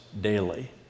daily